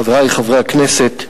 חברי חברי הכנסת,